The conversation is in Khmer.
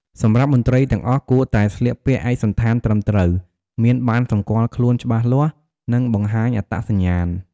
សម្រាប់មន្ត្រីទាំងអស់គួរតែស្លៀកពាក់ឯកសណ្ឋានត្រឹមត្រូវ មានប័ណ្ណសម្គាល់ខ្លួនច្បាស់លាស់ និងបង្ហាញអត្តសញ្ញាណ។